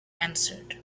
answered